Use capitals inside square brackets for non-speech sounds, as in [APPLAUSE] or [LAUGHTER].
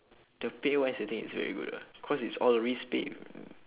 the pay wise I think it's very good ah cause it's all risk pay [NOISE]